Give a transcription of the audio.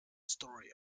story